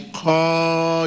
call